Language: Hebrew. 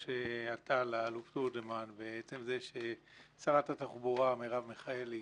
שראש אט"ל האלוף תורג'מן ועצם זה ששרת התחבורה מרב מיכאלי